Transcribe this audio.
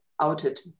outed